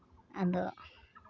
ᱟᱫᱚ